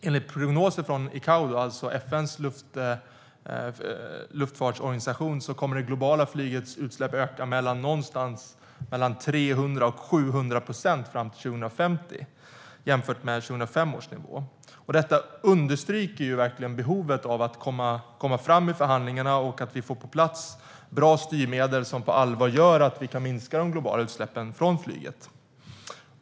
Enligt prognoser från ICAO, FN:s luftfartsorganisation, kommer det globala flygets utsläpp att öka mellan 300 och 700 procent fram till 2050 jämfört med 2005 års nivå. Det understryker verkligen behovet av att komma fram i förhandlingarna så att vi får på plats bra styrmedel som på allvar gör att vi kan minska de globala utsläppen från flyget.